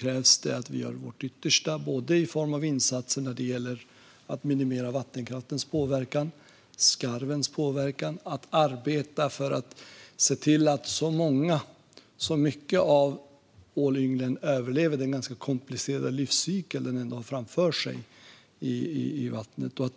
krävs det att vi gör vårt yttersta, i form av insatser när det gäller att minimera vattenkraftens påverkan, skarvens påverkan och genom att arbeta för att se till att många av ålynglen överlever. Det är en ganska komplicerad livscykel de har framför sig i vattnet.